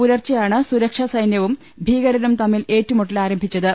പുലർച്ചെയാണ് സുരക്ഷാ സൈനൃവും ഭീകരരും തമ്മിൽ ഏറ്റുമുട്ടൽ ആരംഭിച്ചത്